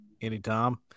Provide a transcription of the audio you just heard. anytime